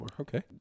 Okay